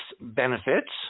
benefits